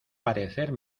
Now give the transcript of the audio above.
parecer